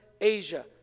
Asia